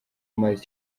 amazi